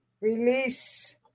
release